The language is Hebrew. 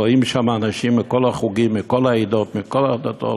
רואים שם אנשים מכל החוגים, מכל העדות, מכל הדתות,